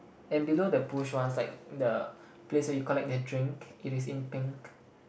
and below the push once like the place where you collect the drink it is in pink